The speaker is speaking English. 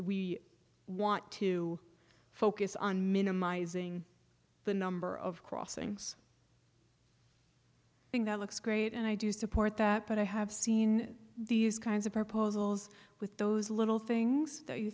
we want to focus on minimizing the number of crossings thing that looks great and i do support that but i have seen these kinds of proposals with those little things that you